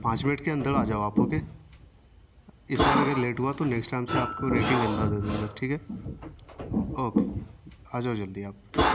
پانچ منٹ کے اندر آ جاؤ آپ اوکے اس بار اگر لیٹ ہوا تو نیکسٹ ٹائم سے آپ کو ریٹنگ گندہ دے دوں گا ٹھیک ہے اوکے آ جاؤ جلدی آپ